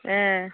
হ্যাঁ